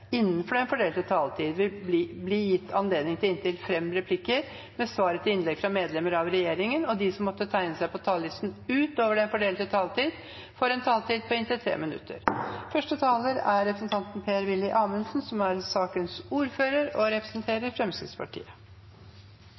innenfor den fordelte taletid – bli gitt anledning til inntil fem replikker med svar etter innlegg fra medlemmer av regjeringen, og de som måtte tegne seg på talerlisten utover den fordelte taletid, får en taletid på inntil 3 minutter. Det er sjelden mulighet til å stå på denne talerstolen og